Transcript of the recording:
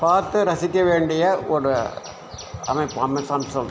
பார்த்து ரசிக்க வேண்டிய ஒரு அமைப்பு